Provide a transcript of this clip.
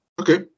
okay